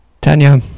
Tanya